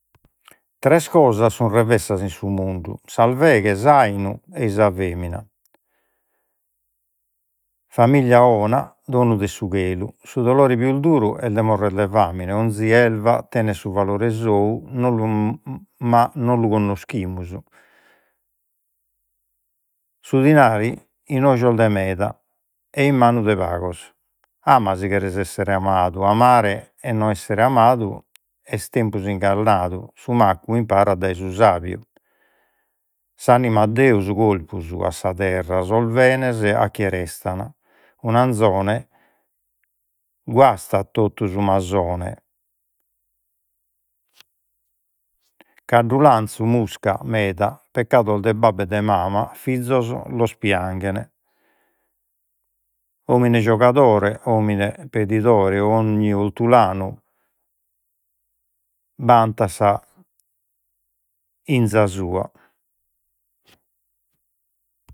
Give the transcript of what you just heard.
Tres cosas sun revessas in su mundu, s’arveghe, s’ainu ei sa femina. Famiglia 'ona, donu de su chelu, su dolore pius duru est de morrer de famine, ogni elva tenet su valore sou, ma non lu connoschimus. Su dinari in ojos de meda, e in manu de pagos, ama si cheres essere amadu, amare e non esser amadu, est tempus su maccu imparat dai su sabiu. S’anima a Deus, su corpus ad sa terra, sos benes a chie restan, unu anzone guastat totu su caddu lanzu, musca meda, peccados de babbu et de mama, fizos los pianghen, omine giogadore, omine pedidore. Ogni ortulanu bantat sua.